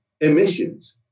emissions